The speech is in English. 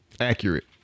Accurate